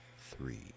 three